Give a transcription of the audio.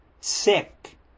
sick